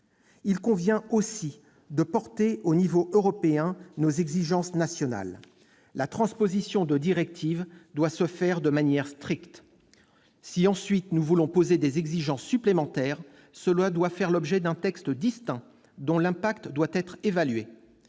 Il convient aussi de porter à l'échelon européen nos exigences nationales. La transposition de directive doit se faire de manière stricte. Si, ensuite, nous voulons poser des exigences supplémentaires, cela doit faire l'objet d'un texte distinct, dont l'impact devra être évalué.